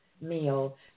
meal